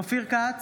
אופיר כץ,